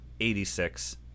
86